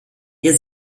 ihr